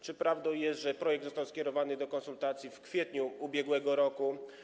Czy prawdą jest, że projekt został skierowany do konsultacji w kwietniu ub.r.